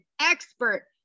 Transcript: expert